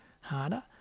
harder